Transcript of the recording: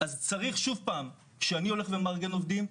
כשאני מארגן עובדים,